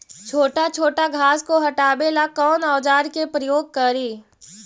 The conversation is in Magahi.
छोटा छोटा घास को हटाबे ला कौन औजार के प्रयोग करि?